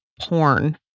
porn